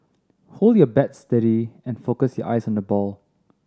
hold your bat steady and focus your eyes on the ball